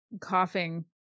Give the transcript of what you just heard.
coughing